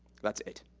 that's it.